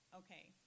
okay